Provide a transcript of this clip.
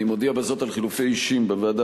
אני מודיע בזאת על חילופי אישים בוועדה